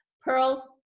Pearls